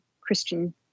Christian